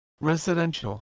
Residential